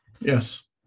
Yes